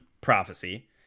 prophecy